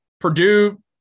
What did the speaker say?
Purdue